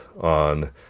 on